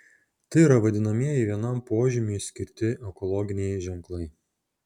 tai yra vadinamieji vienam požymiui skirti ekologiniai ženklai